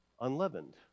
unleavened